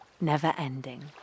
never-ending